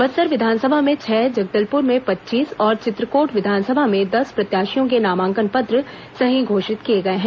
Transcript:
बस्तर विधानसभा में छह जगदलपुर में पच्चीस और चित्रकोट विधानसभा में दस प्रत्याशियों के नामांकन पत्र सही घोषित किए गए हैं